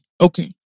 Okay